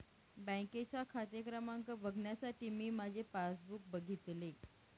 बँकेचा खाते क्रमांक बघण्यासाठी मी माझे पासबुक बघितले